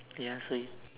ya so